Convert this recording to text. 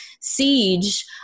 siege